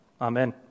Amen